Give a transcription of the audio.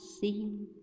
seen